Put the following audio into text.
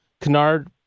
Canard